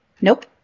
Nope